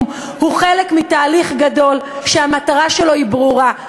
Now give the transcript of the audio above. הוא חלק מתהליך גדול שהמטרה שלו היא ברורה,